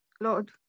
Lord